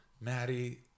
Maddie